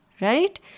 right